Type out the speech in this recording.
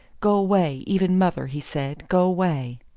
go away even mother, he said go away.